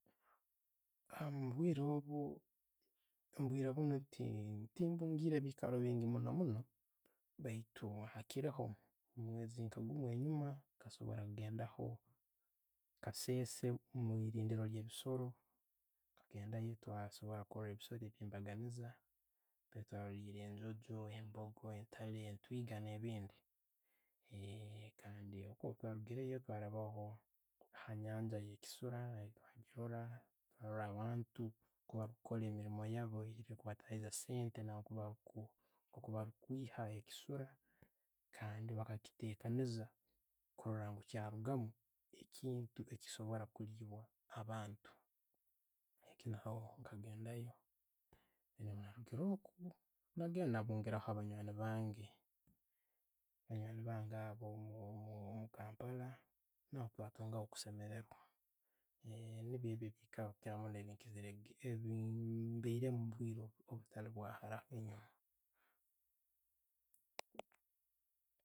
Obwiire obwo, Obwiirebunno ti tintungiire ebikaaro bingi muuno munno baitu hakiriho nka'omumwezi gumu enyumahaho, kasobora kugendaho kasese mulindiro lye'bisooro, twagendayo twasobora kurora ebisooro ebyembaganiiza, hali twarolile enjonjo, embogo, entale, entwiiga ne'bindi. kandi okwo bwetarugireyo, twarabaho hanyanja eyo kisuura, twakiroora. Twaroora abantu nko bali kukora emilimu yaabu ekubatayiiza sente no nkabalikwiiha ekisuura kandi bakachitekaniiza kuroora kyarugamu ekintu echikusobora kulibwa abantu. nkagendayo, kiro okwo nagenda nabungiira ho banywani bange. Banywani bange abo, mumukampala naho'twatungaho kusemererwa. Niibyo ebikairo byenkizire, ebyombairemu mu omubwiire obutali bwahara.